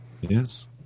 Yes